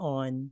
on